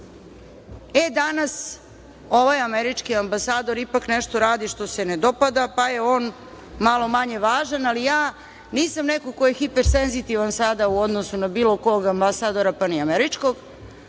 E, danas ovaj američki ambasador ipak nešto radi što se ne dopada, pa je on malo manje važan, ali ja nisam neko ko je hipersenzitivan sada u odnosu na bilo kog ambasadora, pa ni američkog,